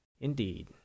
Indeed